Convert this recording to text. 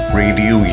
radio